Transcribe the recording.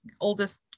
oldest